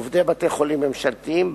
עובדי בתי-חולים ממשלתיים,